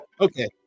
Okay